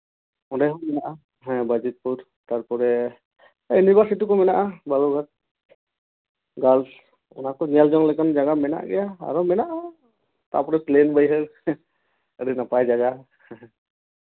ᱚᱸᱰᱮ ᱦᱚᱸ ᱢᱮᱱᱟᱜᱼᱟ ᱦᱮᱸ ᱵᱟᱹᱡᱤᱛᱯᱩᱨ ᱛᱟᱨᱯᱚᱨᱮ ᱤᱭᱩᱱᱤᱵᱷᱟᱨᱥᱴᱤ ᱠᱚ ᱢᱮᱱᱟᱜᱟ ᱵᱟᱞᱩᱨᱜᱷᱟᱴ ᱜᱟᱨᱞᱥ ᱚᱱᱟ ᱠᱚ ᱧᱮᱞ ᱡᱚᱝ ᱞᱮᱠᱟᱱ ᱡᱟᱭᱜᱟ ᱢᱮᱱᱟᱜ ᱜᱮᱭᱟ ᱟᱨᱚ ᱢᱮᱱᱟᱜᱼᱟ ᱛᱟᱨᱯᱚᱨᱮ ᱯᱞᱹᱮᱱ ᱵᱟᱹᱭᱦᱟᱹᱲ ᱟᱹᱰᱤ ᱱᱟᱯᱟᱭ ᱡᱟᱭᱜᱟ